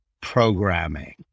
programming